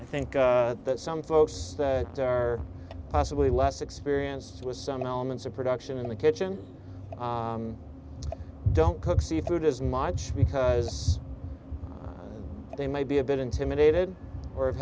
i think that some folks that are possibly less experienced with some elements of production in the kitchen don't cook seafood as much because they might be a bit intimidated or have